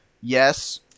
yes